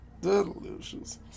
Delicious